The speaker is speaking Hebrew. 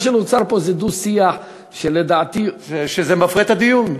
מה שנוצר פה זה דו-שיח שלדעתי, שזה מפרה את הדיון.